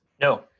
No